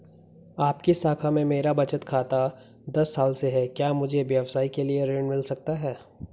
आपकी शाखा में मेरा बचत खाता दस साल से है क्या मुझे व्यवसाय के लिए ऋण मिल सकता है?